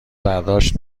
برداشت